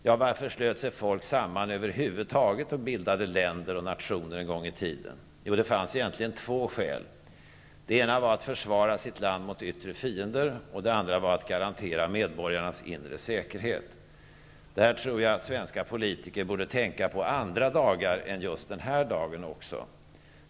Ja, varför slöt sig folk samman över huvud taget och bildade länder och nationer en gång i tiden? Jo, det fanns egentligen två skäl. Det ena var att försvara sitt land mot yttre fiender. Det andra var att garantera medborgarnas inre säkerhet. Detta tror jag att svenska politiker borde tänka på även andra dagar än just den här dagen.